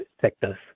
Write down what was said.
sectors